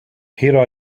here